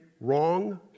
wrong